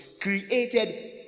created